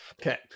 okay